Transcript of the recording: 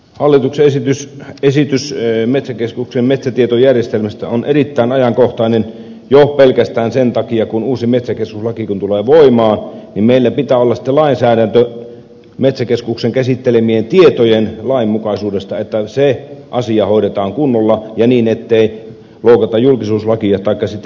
hallituksen esitys metsäkeskuksen metsätietojärjestelmästä on erittäin ajankohtainen jo pelkästään sen takia että kun uusi metsäkeskuslaki tulee voimaan niin meillä pitää olla sitten lainsäädäntö metsäkeskuksen käsittelemien tietojen lainmukaisuudesta että se asia hoidetaan kunnolla ja niin ettei loukata julkisuuslakia taikka henkilötietolakia